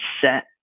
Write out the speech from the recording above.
set